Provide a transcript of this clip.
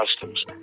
customs